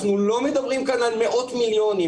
אנחנו לא מדברים כאן על מאות מיליונים.